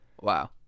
Wow